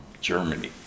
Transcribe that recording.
Germany